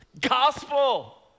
gospel